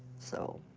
so.